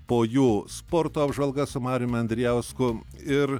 po jų sporto apžvalga su mariumi andrijausku ir